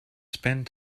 spend